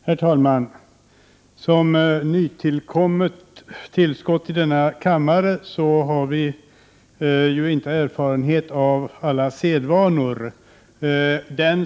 Herr talman! Som nytillkommet tillskott i denna kammare har vi inte erfarenhet av alla sedvanor.